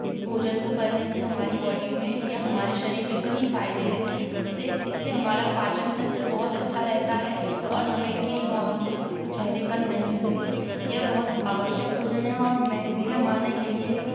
इस भोजन को करने से हमारी बॉडी में या हमारे शरीर में कई फायदे हैं इससे इससे हमारा पाचन तंत्र बहुत अच्छा रहता है और हमें कील मुहाँसे चेहरे पर नहीं होते हैं यह बहुत अवश्यक भोजन है और मैं मेरा मानना यही है कि